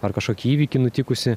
ar kažkokį įvykį nutikusį